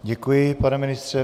Děkuji, pane ministře.